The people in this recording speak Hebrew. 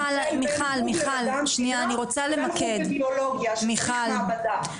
בין חוג למדע המדינה לבין חוג לביולוגיה שצריך מעבדה.